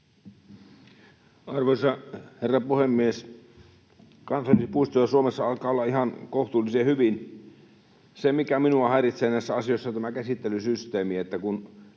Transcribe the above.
Arvoisa herra puhemies! Kansallispuistoja alkaa Suomessa olla ihan kohtuullisen hyvin. Se, mikä minua häiritsee näissä asioissa, on tämä käsittelysysteemi, että kun